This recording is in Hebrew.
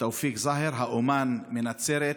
תאופיק זהר, האומן מנצרת,